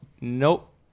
Nope